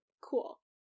Cool